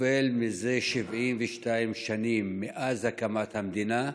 סובל מזה 72 שנים, מאז הקמת המדינה,